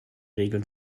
regeln